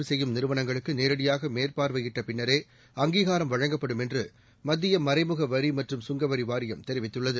ஆதார் பதிவு நிறுவனங்களுக்குநேரடியாகமேற்பார்வையிட்டபின்னரே அங்கீகாரம் வழங்கப்படும் என்றுமத்தியமறைமுகவரிமற்றும் கங்கவரிவாரியம் தெரிவித்துள்ளது